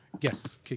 Yes